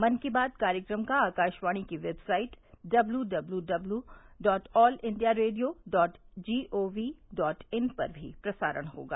मन की बात कार्यक्रम का आकाशवाणी की website W W W W dot all India radio dot G O V dot in पर भी प्रसारण होगा